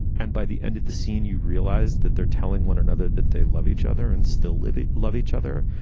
and by the end of the scene, you realize that they're telling one another that they love each other and still living love each other,